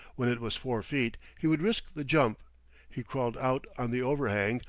when it was four feet, he would risk the jump he crawled out on the overhang,